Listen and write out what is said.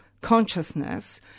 consciousness